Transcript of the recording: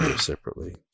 separately